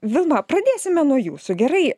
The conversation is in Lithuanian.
vilma pradėsime nuo jūsų gerai